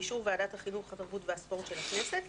באישור ועדת החינוך התרבות והספורט של הכנסת,